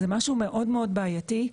זה משהו מאוד מאוד בעייתי.